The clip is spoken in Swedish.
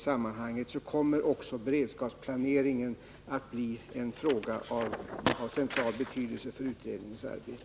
Även beredskapsplaneringen kommer att bli en fråga av central betydelse för utredningens arbete.